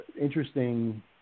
interesting